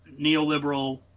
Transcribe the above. neoliberal